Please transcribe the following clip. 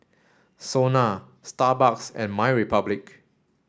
SONA Starbucks and MyRepublic